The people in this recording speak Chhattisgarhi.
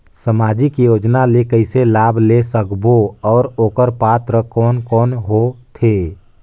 समाजिक योजना ले कइसे लाभ ले सकत बो और ओकर पात्र कोन कोन हो थे?